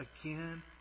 again